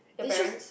they choose